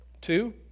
Two